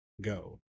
go